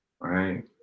right